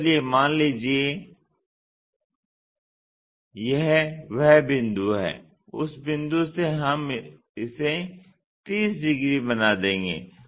तो चलिए मान लेते हैं यह वह बिंदु है उस बिंदु से हम इसे 30 डिग्री बना देंगे